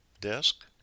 desk